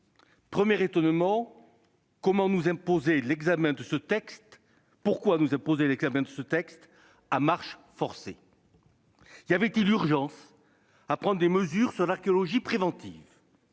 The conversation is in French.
premier lieu, pourquoi nous imposer d'examiner ce texte à marche forcée ? Y avait-il urgence à prendre des mesures concernant l'archéologie préventive ?